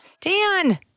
Dan